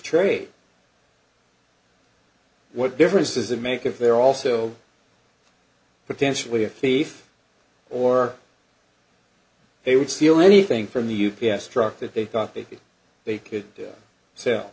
trade what difference does it make if they're also potentially a thief or they would steal anything from the u p s truck that they thought they could they could sell